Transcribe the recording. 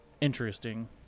interesting